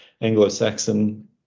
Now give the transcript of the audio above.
anglo-saxon